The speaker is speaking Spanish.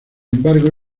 embargo